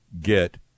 get